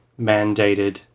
mandated